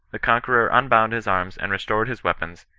the conqueror un bound his arms and restored his weapons,